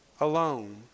alone